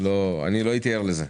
לא הייתי ער לזה.